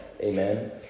Amen